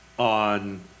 on